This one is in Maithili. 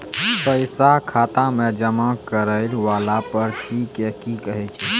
पैसा खाता मे जमा करैय वाला पर्ची के की कहेय छै?